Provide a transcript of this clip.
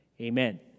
Amen